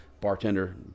Bartender